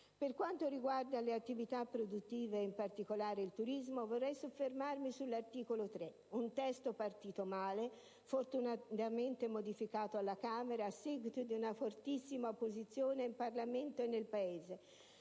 Per quanto riguarda le attività produttive, e in particolare il turismo, vorrei soffermarmi sull'articolo 3, un testo partito male, fortunatamente modificato alla Camera a seguito di una fortissima opposizione in Parlamento e nel Paese.